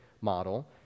model